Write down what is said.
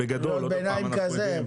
קריאות ביניים כזה?